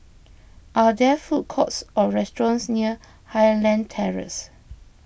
are there food courts or restaurants near Highland Terrace